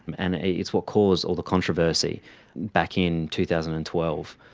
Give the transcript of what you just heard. and it's what caused all the controversy back in two thousand and twelve.